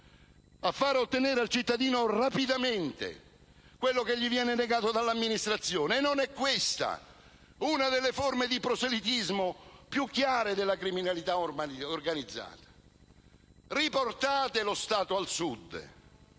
a far ottenere al cittadino rapidamente ciò che gli viene negato dall'amministrazione? Non è forse questa una delle forme di proselitismo più chiare della criminalità organizzata? Riportate lo Stato al Sud,